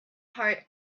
heart